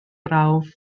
brawf